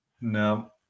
no